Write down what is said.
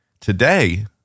today